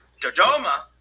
jojoma